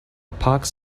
pox